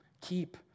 Keep